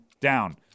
down